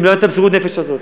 אם לא הייתה מסירות הנפש הזאת.